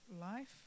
life